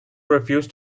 refused